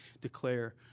declare